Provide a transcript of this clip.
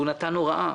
והוא נתן הוראה,